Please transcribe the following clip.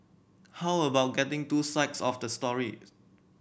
how about getting two sides of the stories